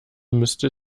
müsste